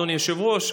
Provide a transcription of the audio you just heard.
אדוני היושב-ראש,